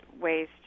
ways